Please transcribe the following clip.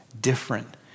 different